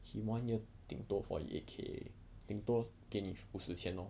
he one year 顶多 forty eight K 顶多给你五十千 lor